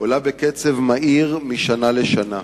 עולה בקצב מהיר משנה לשנה.